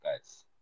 guys